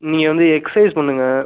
நீங்கள் வந்து எக்சைஸ் பண்ணுங்கள்